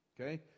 Okay